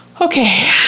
okay